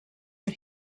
but